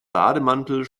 bademantel